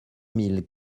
mille